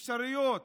אפשרויות.